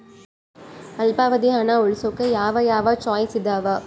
ಅಲ್ಪಾವಧಿ ಹಣ ಉಳಿಸೋಕೆ ಯಾವ ಯಾವ ಚಾಯ್ಸ್ ಇದಾವ?